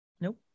Nope